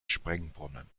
springbrunnen